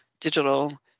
digital